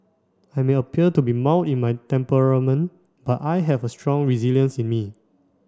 I may appear to be mild in my temperament but I have a strong resilience in me